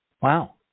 Wow